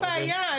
אין לי בעיה,